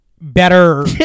Better